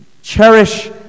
Cherish